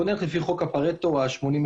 בוא נלך לפי חוק ה-פרטו, ה-20-80.